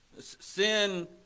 Sin